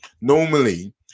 normally